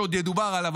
שעוד ידובר עליו,